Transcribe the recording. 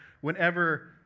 whenever